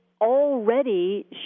already